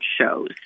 shows